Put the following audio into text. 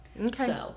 Okay